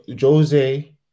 Jose